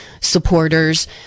supporters